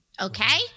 Okay